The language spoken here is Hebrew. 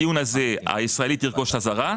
בדיון הזה, הישרלאית תרכוש חזרה.